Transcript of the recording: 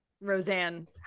roseanne